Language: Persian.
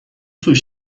سویت